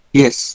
yes